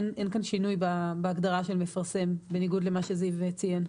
אין כאן שינוי בהגדרה של "מפרסם" בניגוד למה שזיו ציין.